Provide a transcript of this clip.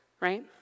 right